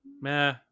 meh